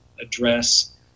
address